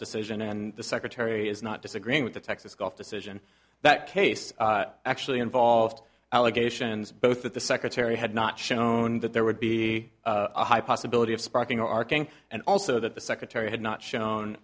decision and the secretary is not disagreeing with the texas gulf decision that case actually involved allegations both that the secretary had not shown that there would be a high possibility of spiking our king and also that the secretary had not shown